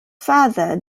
father